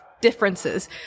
differences